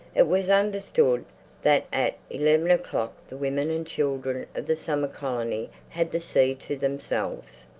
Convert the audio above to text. it was understood that at eleven o'clock the women and children of the summer colony had the sea to themselves.